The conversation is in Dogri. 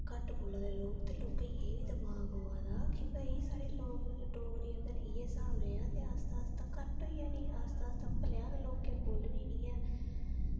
घट्ट बोला दे लोक ते लोकें गी स्हाब आवा दा कि अगर डोगरी दा इ'यै स्हाब रेहा ते आस्तै आस्तै घट्ट होई जानी ते आस्तै आस्तै भलेआं लोकें बोलनी निं ऐ